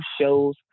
shows